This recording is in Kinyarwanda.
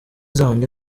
zanjye